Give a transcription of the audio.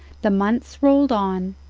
the months rolled on,